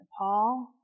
Nepal